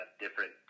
different